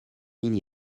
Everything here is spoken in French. ligne